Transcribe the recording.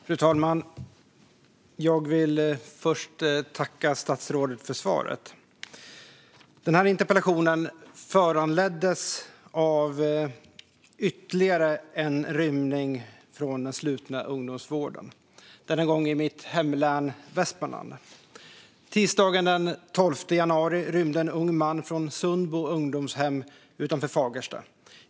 Fru talman! Jag vill först tacka statsrådet för svaret. Den här interpellationen föranleddes av ytterligare en rymning från den slutna ungdomsvården. Denna gång var det i mitt hemlän Västmanland. Tisdagen den 12 januari rymde en ung man från Sundbo ungdomshem utanför Fagersta.